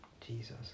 Jesus